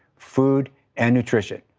food and nutrition.